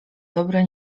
dobre